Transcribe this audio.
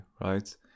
Right